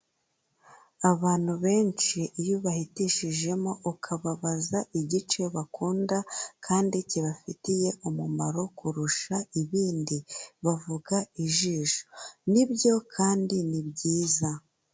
Abantu benshi iyo ubahitishijemo ukababaza igice bakunda kandi kibafitiye umumaro kurusha ibindi, bavuga ijisho, ni byo kandi ni byiza.